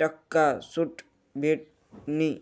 टक्का सूट भेटनी